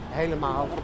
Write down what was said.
helemaal